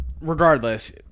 Regardless